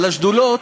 אבל השדולות,